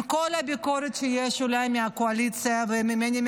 עם כל הביקורת שיש אולי מהקואליציה וממני,